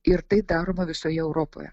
ir tai daroma visoje europoje